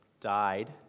died